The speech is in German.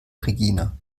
regina